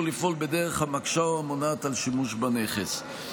לפעול בדרך המקשה או המונעת שימוש בנכס.